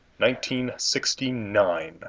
1969